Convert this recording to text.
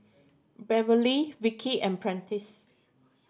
Beverly Vicki and Prentiss